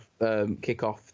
kickoff